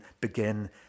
begin